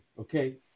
okay